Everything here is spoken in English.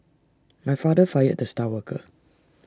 my father fired the star worker